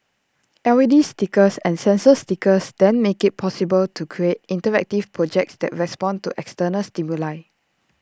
L E D stickers and sensor stickers then make IT possible to create interactive projects that respond to external stimuli